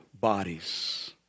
bodies